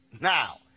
Now